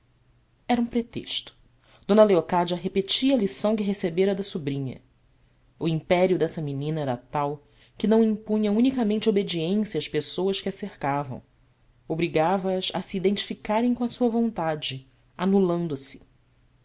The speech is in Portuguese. era um pretexto d leocádia repetia a lição que recebera da sobrinha o império dessa menina era tal que não impunha unicamente obediência às pessoas que a cercavam obrigava as a se identificarem com a sua vontade anulando se